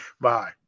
Bye